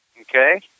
okay